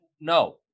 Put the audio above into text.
no